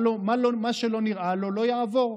מה שלא נראה לו, לא יעבור.